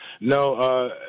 No